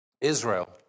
Israel